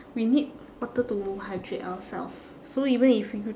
we need water to hydrate ourself so even if you